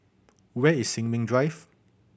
where is Sin Ming Drive